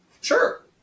Sure